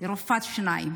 רופאת שיניים.